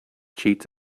cheats